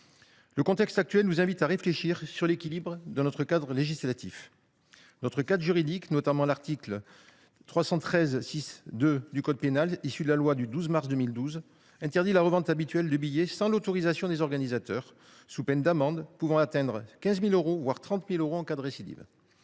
Le contexte nous invite à réfléchir sur l’équilibre de notre cadre législatif. Notre arsenal juridique, notamment l’article 313 6 2 du code pénal, issu de la loi du 12 mars 2012, interdit la revente habituelle de billets sans l’autorisation des organisateurs, sous peine d’amendes pouvant atteindre 15 000 euros, voire 30 000 euros en cas de récidive.